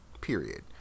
Period